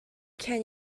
can